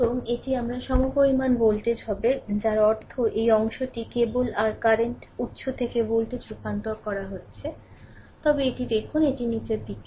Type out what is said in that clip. এবং এটি আমার সমপরিমাণ ভোল্টেজ হবে যার অর্থ এই অংশটি কেবল আর কারেন্ট উত্স থেকে ভোল্টেজে রূপান্তর করা হচ্ছে তবে এটি দেখুন এটি নীচের দিকে